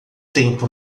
tempo